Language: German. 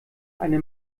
eine